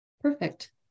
Perfect